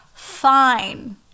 fine